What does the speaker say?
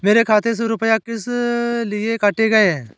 मेरे खाते से रुपय किस लिए काटे गए हैं?